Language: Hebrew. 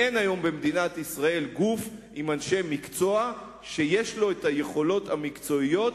ואין היום במדינת ישראל גוף עם אנשי מקצוע שיש לו היכולת המקצועית,